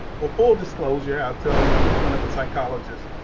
for full disclosure, i'll tell you i'm a clinical psychologist.